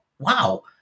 wow